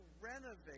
renovate